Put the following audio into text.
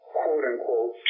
quote-unquote